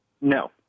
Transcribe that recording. no